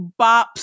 bops